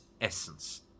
essence